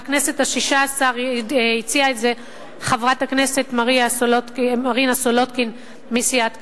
בכנסת השש-עשרה הציעה את זה חברת הכנסת מרינה סולודקין מסיעת קדימה,